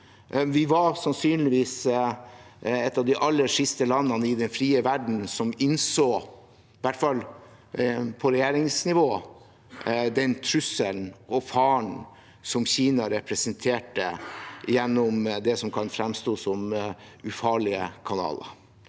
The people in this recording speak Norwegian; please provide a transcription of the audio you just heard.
Vi var sannsynligvis et av de aller siste landene i den frie verden som innså – i hvert fall på regjeringsnivå – den trusselen og faren som Kina representerer gjennom det som kan fremstå som ufarlige kanaler.